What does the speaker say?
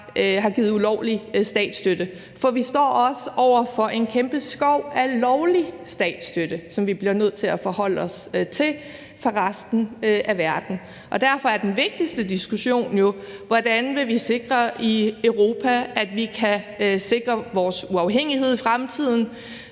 har givet ulovlig statsstøtte, for vi står også over for en kæmpe skov af lovlig statsstøtte fra resten af verden, som vi bliver nødt til at forholde os til. Derfor er den vigtigste diskussion jo: Hvordan vil vi sikre i Europa, at vi kan sikre vores uafhængighed i fremtiden